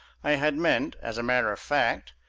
i had meant, as a matter of fact,